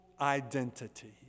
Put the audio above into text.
identity